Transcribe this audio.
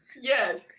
Yes